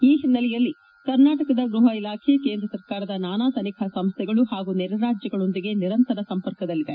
ಈ ಹಿನ್ನೆಲೆಯಲ್ಲಿ ಕರ್ನಾಟಕದ ಗೃಪ ಇಲಾಖೆ ಕೇಂದ್ರ ಸರಕಾರದ ನಾನಾ ತನಿಖಾ ಸಂಸ್ವೆಗಳು ಹಾಗೂ ನೆರೆ ರಾಜ್ಞಗಳೊಂದಿಗೆ ನಿರಂತರ ಸಂಪರ್ಕದಲ್ಲಿದೆ